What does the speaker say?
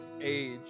age